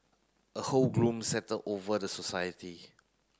a whole gloom settle over the society